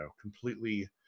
completely